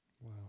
Wow